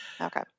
Okay